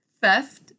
theft